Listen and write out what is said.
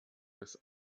des